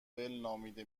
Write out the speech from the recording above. نامیده